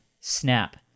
snap